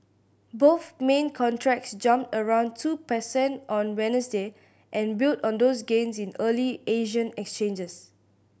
both main contracts jumped around two percent on Wednesday and built on those gains in early Asian exchanges